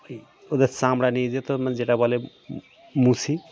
ও ওদের চামড়া নিয়ে যেত যেটা বলে মুচি